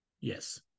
Yes